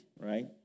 right